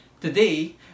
Today